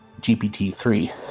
GPT-3